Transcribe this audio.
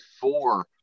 four